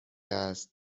است